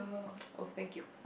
oh thank you